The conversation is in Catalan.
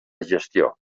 gestió